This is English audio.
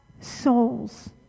souls